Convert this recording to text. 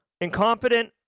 incompetent